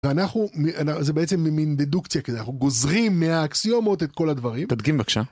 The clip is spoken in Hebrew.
ואנחנו, זה בעצם מין דדוקציה כזה, אנחנו גוזרים מהאקסיומות את כל הדברים. תדגים בבקשה.